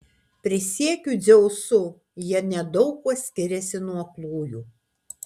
prisiekiu dzeusu jie nedaug kuo skiriasi nuo aklųjų